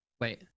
Wait